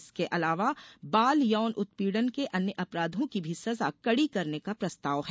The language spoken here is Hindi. इसके अलावा बाल यौन उत्पीड़न के अन्य अपराधों की भी सजा कड़ी करने का प्रस्ताव है